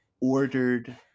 ordered